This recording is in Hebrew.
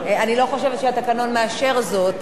אני לא חושבת שהתקנון מאשר זאת,